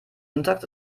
syntax